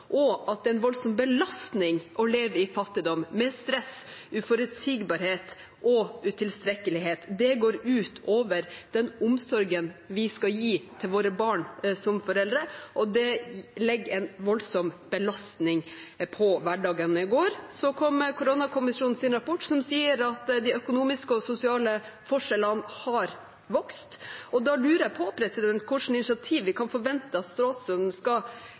og at det er en voldsom belastning å leve i fattigdom, med stress, uforutsigbarhet og utilstrekkelighet. Det går ut over den omsorgen man som foreldre skal gi til sine barn, og det legger en voldsom belastning på hverdagen. I går kom koronakommisjonens rapport, hvor det står at de økonomiske og sosiale forskjellene har vokst. Da lurer jeg på hva slags initiativ vi kan forvente at statsråden skal